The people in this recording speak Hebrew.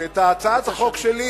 שאת הצעת החוק שלי